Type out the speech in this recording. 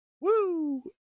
Woo